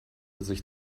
sich